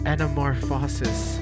Anamorphosis